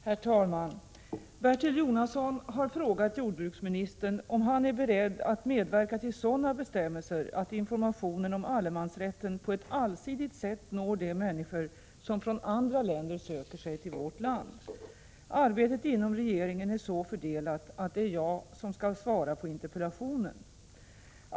Herr talman! Bertil Jonasson har frågat jordbruksministern om han är beredd att medverka till sådana bestämmelser att informationen om allemansrätten på ett allsidigt sätt når de människor som från andra länder söker sig till vårt land. Arbetet inom regeringen är så fördelat att det är jag som skall svara på interpellationen.